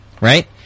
Right